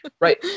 Right